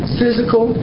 physical